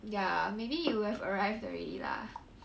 ya maybe it'd have arrived already lah